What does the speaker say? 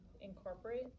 incorporate